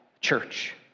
church